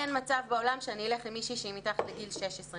אין מצב בעולם שאני אלך עם מישהי שהיא מתחת לגיל 16,